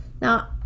Now